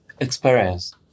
experience